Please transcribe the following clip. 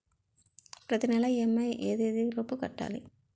ప్రతినెల ఇ.ఎం.ఐ ఎ తేదీ లోపు కట్టాలి?